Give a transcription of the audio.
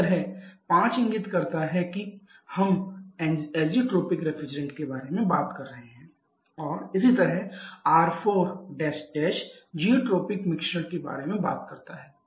इसी तरह 5 इंगित करता है कि हम ऐज़ोट्रोपिक मिश्रण के बारे में बात कर रहे हैं और इसी तरह R4 जियोट्रॉपिक मिश्रण के बारे में बात करते हैं